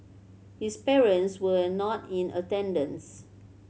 his parents were not in attendance